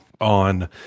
on